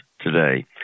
today